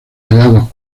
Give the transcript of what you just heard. hallados